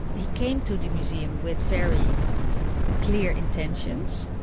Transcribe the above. he came to the museum with very clear intentions,